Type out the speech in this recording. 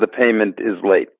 the payment is late